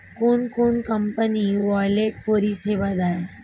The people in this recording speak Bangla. কোন কোন কোম্পানি ওয়ালেট পরিষেবা দেয়?